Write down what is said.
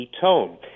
tone